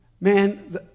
man